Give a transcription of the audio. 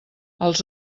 als